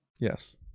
Yes